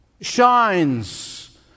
shines